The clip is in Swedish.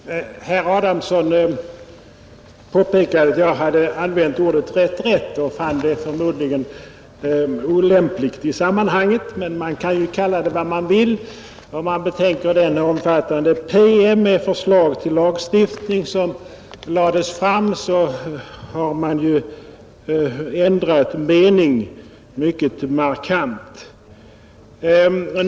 Herr talman! Herr Adamsson påpekade att jag hade använt ordet reträtt och fann det förmodligen olämpligt i sammanhanget. Man kan ju kalla det vad man vill. Om man betänker vad som sägs i den omfattande PM med förslag till lagstiftning som lades fram finner man i varje fall att regeringen ändrat mening tvivelsutan mycket markant.